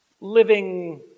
living